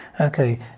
okay